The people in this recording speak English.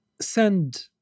send